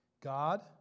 God